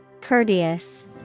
Courteous